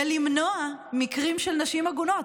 ולמנוע מקרים של נשים עגונות.